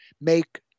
make